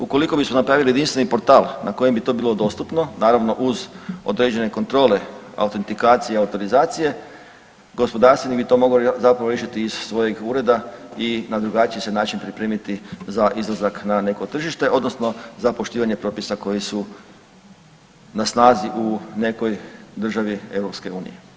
Ukoliko bismo napravili jedinstveni portal na kojem bi to bilo dostupno naravno uz određene kontrole, autentikacije i autorizacije gospodarstvenik bi to mogao zapravo riješiti iz svojeg ureda i na drugačiji se način pripremiti za izlazak na neko tržište odnosno za poštivanje propisa koji su na snazi u nekoj državi EU.